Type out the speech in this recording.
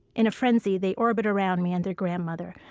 in a frenzy they orbit around me and their grandmother.